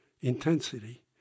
intensity